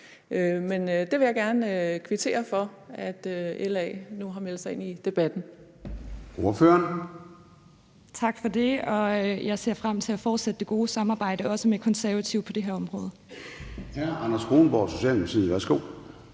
Det vil jeg gerne kvittere for, altså at LA nu har meldt sig ind i debatten.